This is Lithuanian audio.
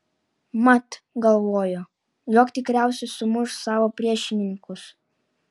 mat galvojo jog tikriausiai sumuš savo priešininkus